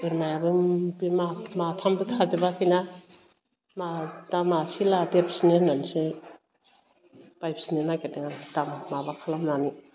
बोरमायाबो बे मा माथामबो थाजोबाखैना मा दा मासे लादेरफिन्नो होन्नानैसो बायफिन्नो नागेरदों आरो दा माबा खालामनानै